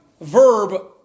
verb